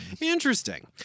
Interesting